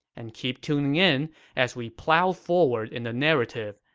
and keep tuning in as we plow forward in the narrative,